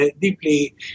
deeply